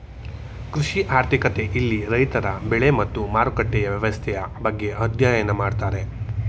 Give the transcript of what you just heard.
ಕೃಷಿ ಆರ್ಥಿಕತೆ ಇಲ್ಲಿ ರೈತರ ಬೆಳೆ ಮತ್ತು ಮಾರುಕಟ್ಟೆಯ ವ್ಯವಸ್ಥೆಯ ಬಗ್ಗೆ ಅಧ್ಯಯನ ಮಾಡ್ತಾರೆ